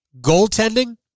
goaltending